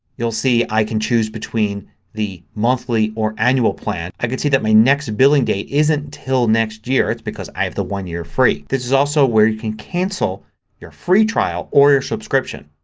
you'll see i can choose between the monthly or annual plan. i could see that my next billing date isn't until next year because i have the one year free. this is also where you can cancel your free trial or your subscription.